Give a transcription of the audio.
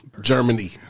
Germany